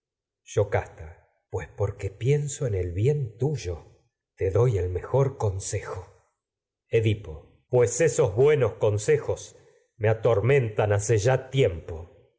yocasta pues porque pienso en el bien tuyo te doy el mejor consejo edipo hace pues esos buenos consejos me atormentan ya tiempo